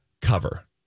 cover